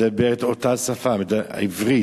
מדבר את אותה השפה, העברית,